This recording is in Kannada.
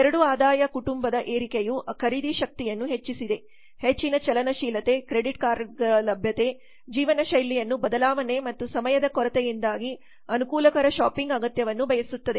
ಎರಡು ಆದಾಯದ ಕುಟುಂಬದ ಏರಿಕೆಯು ಖರೀದಿಯ ಶಕ್ತಿಯನ್ನು ಹೆಚ್ಚಿಸಿದೆ ಹೆಚ್ಚಿನ ಚಲನಶೀಲತೆ ಕ್ರೆಡಿಟ್ ಕಾರ್ಡ್ಗಳ ಲಭ್ಯತೆ ಜೀವನಶೈಲಿಯನ್ನು ಬದಲಾವಣೆ ಮತ್ತು ಸಮಯದ ಕೊರತೆಯಿಂದಾಗಿ ಅನುಕೂಲಕರ ಶಾಪಿಂಗ್ ಅಗತ್ಯವನ್ನು ಬಯಸುತ್ತದೆ